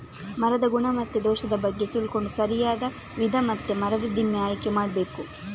ಮರದ ಗುಣ ಮತ್ತೆ ದೋಷದ ಬಗ್ಗೆ ತಿಳ್ಕೊಂಡು ಸರಿಯಾದ ವಿಧ ಮತ್ತೆ ಮರದ ದಿಮ್ಮಿ ಆಯ್ಕೆ ಮಾಡಬೇಕು